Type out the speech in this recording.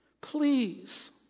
Please